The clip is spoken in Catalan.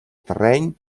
terreny